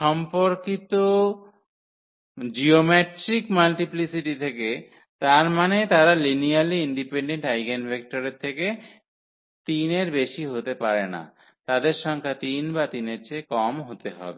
সম্পর্কিত geometric multiplicity থেকে মানে তারা লিনিয়ারলি ইন্ডিপেন্ডেন্ট আইগেনভেক্টরের থেকে 3 এর বেশি হতে পারে না তাদের সংখ্যা 3 বা 3 এর চেয়ে কম হতে হবে